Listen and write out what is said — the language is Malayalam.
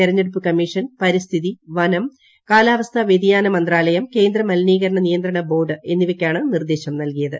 തെരഞ്ഞെടുപ്പ് കമ്മീഷൻ പരിസ്ഥിതി വനം കാലാവസ്ഥാ വ്യതിയാന മന്ത്രാലയം കേന്ദ്ര മലിനീകരണ നിയന്ത്രണ ബോർഡ് എന്നിവയ്ക്കാണ് നിർദ്ദേശം നൽകിയത്